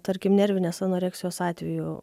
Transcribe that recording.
tarkim nervinės anoreksijos atveju